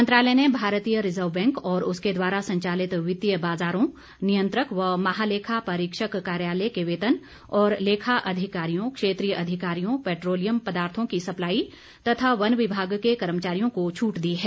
मंत्रालय ने भारतीय रिजर्व बैंक और उसके द्वारा संचालित वित्तीय बाजारों नियंत्रक व महालेखा परीक्षक कार्यालय के वेतन और लेखा अधिकारियों क्षेत्रीय अधिकारियों पेट्रोलियम पदार्थों की सप्लाई तथा वन विभाग के कर्मचारियों को छूट दी है